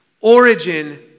origin